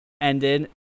ended